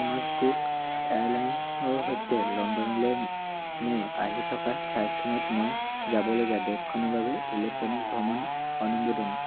Thomas Cook এয়াৰলাইনছৰ সৈতে লণ্ডনলৈ মোৰ আহি থকা ফ্লাইটখনত মই যাবলগীয়া দেশখনৰ বাবে ইলেক্ট্ৰনিক ভ্ৰমণ অনুমোদন